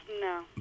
No